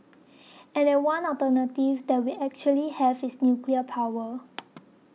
and that one alternative that we actually have is nuclear power